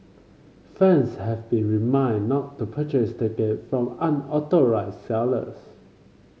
fans have been remind not to purchase ticket from unauthorised sellers